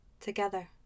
Together